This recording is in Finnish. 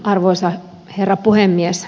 arvoisa herra puhemies